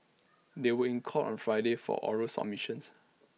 they were in court on Friday for oral submissions